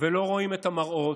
ולא רואים את המראות,